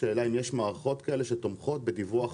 השאלה אם יש מערכות כאלה שתומכות בדיווח